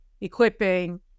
equipping